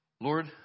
Lord